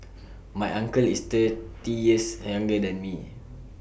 my uncle is thirty years younger than me